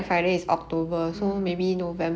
mm